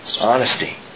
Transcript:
Honesty